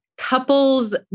couples